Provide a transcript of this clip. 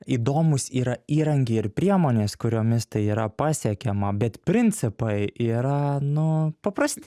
įdomūs yra įrankiai ir priemonės kuriomis tai yra pasiekiama bet principai yra nu paprasti